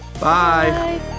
Bye